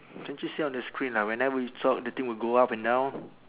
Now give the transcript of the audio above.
can't you see on the screen like whenever you talk the thing will go up and down